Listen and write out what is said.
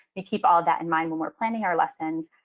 they keep all that in mind when we're planning our lessons.